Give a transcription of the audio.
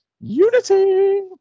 Unity